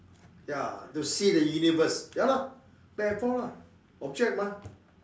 ya to see the universe ya lah back and forth lah object mah